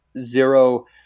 zero